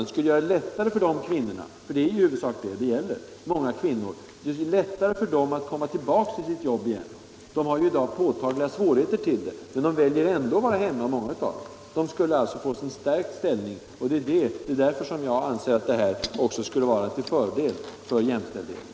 Det skulle göra det lättare för de kvinnorna — för det är i huvudsak kvinnor det gäller — att komma tillbaka till sina jobb. De har i dag påtagliga svårigheter att göra det, men många av dem väljer ändå att vara hemma. De skulle alltså få en starkare ställning. Det är därför jag tror att en sådan här rättighet skulle vara till fördel för jämställdheten.